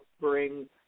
bring